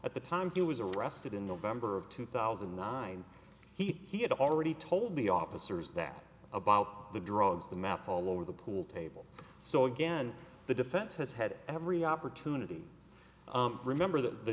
at the time he was arrested in november of two thousand and nine he had already told the officers that about the drugs the math all over the pool table so again the defense has had every opportunity remember that the